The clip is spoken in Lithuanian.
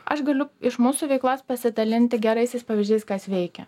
aš galiu iš mūsų veiklos pasidalinti geraisiais pavyzdžiais kas veikia